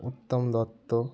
Uttam Dutta